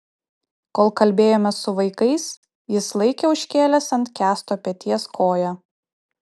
kol kalbėjomės su vaikais jis laikė užkėlęs ant kęsto peties koją